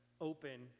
open